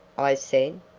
i said.